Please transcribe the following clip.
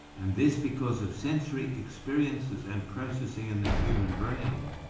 and this because of sensory experiences and processing in the human brain,